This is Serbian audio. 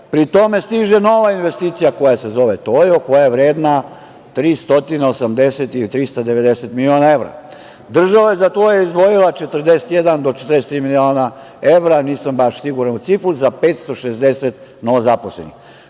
Pri tome stiže nova investicija koja se zove "Tojo", koja je vredna 380, 390 miliona evra. Država je za to izdvojila 41 do 43 miliona evra, nisam baš siguran u cifru, za 560 novozaposlenih.U